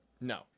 No